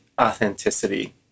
authenticity